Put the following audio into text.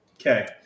Okay